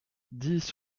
dix